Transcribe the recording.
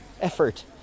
effort